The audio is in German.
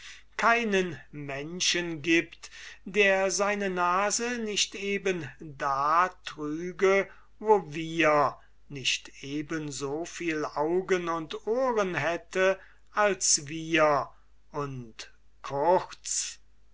keinen menschen gibt der seine nase nicht eben da trüge wo wir nicht eben so viel augen und ohren hätte als wir und kurz